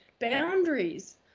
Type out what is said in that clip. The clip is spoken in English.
boundaries